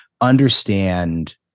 understand